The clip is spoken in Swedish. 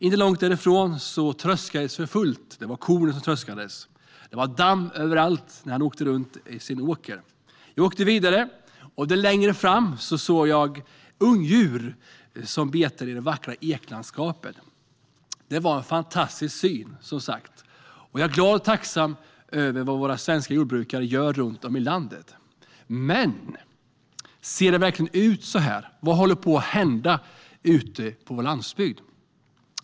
Inte långt därifrån tröskades det korn för fullt, och det var damm överallt när han åkte runt på sin åker. Jag åkte vidare, och längre fram såg jag ungdjur som betade i det vackra eklandskapet. Det var som sagt en fantastisk syn, och jag är glad och tacksam över vad våra svenska jordbrukare gör runt om i landet. Men ser det verkligen ut så? Vad håller på att hända ute på vår landsbygd?